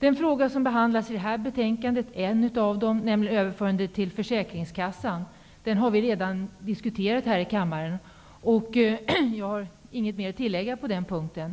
En av de frågor som behandlas i detta betänkande, nämligen överförandet till försäkringskassan, har vi redan diskuterat här i kammaren. Jag har inget mer att tillägga på den punkten.